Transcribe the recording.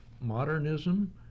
modernism